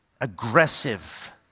aggressive